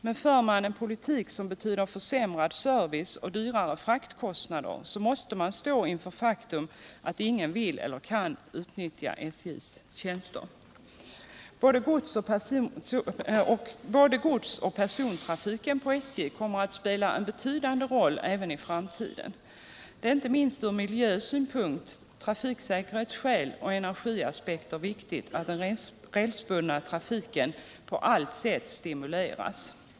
Men för man en politik som betyder försämrad service och dyrare fraktkostnader, måste man stå inför faktum att ingen vill eller kan utnyttja SJ:s tjänster. Både godsoch persontrafiken på järnväg kommer även i framtiden att spela en betydande roll. Det är inte minst från miljösynpunkt, av trafiksäkerhetsskäl och från energiaspekter viktigt att den rälsbundna trafiken på alla sätt stimuleras.